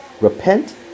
Repent